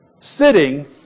sitting